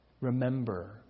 remember